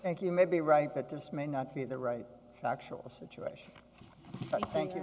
thank you may be right but this may not be the right factual situation i think